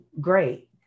great